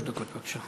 שלוש דקות, בבקשה.